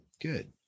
good